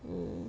mm